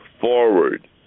forward